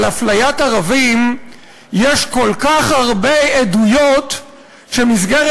על אפליית ערבים יש כל כך הרבה עדויות שמסגרת